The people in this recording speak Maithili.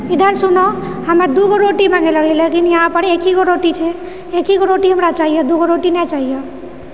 इधर सुनो हमरा दूगो रोटी माँगेलऽ रहियै लेकिन इहाँ पर एक ही गो रोटी छै एकही गो रोटी हमरा चाहिए दूगो रोटी हमरा नहि चाहिए